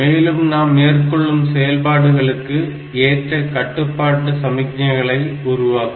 மேலும் நாம் மேற்கொள்ளும் செயல்பாடுகளுக்கு ஏற்ற கட்டுப்பாட்டு சமிக்ஞைகளை உருவாக்கும்